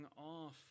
off